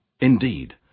Indeed